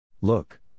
Look